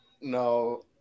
No